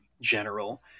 general